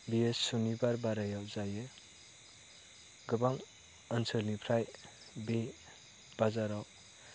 बियो सुनिबार बारायाव जायो गोबां ओनसोलनिफ्राय बे बाजाराव